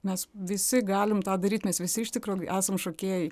mes visi galim tą daryt nes visi iš tikro esam šokėjai